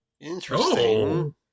Interesting